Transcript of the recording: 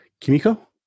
Kimiko